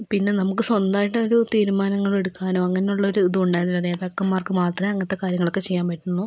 പിന്നെ നമുക്ക് സ്വന്തമായിട്ടൊരു തീരുമാനങ്ങൾ എടുക്കാനോ അങ്ങനെയുള്ള ഒരിതും ഉണ്ടായിരുന്നില്ല നേതാക്കന്മാർക്ക് മാത്രമേ അങ്ങനത്തെ കാര്യങ്ങളൊക്കെ ചെയ്യാൻ പറ്റുന്നു